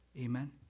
Amen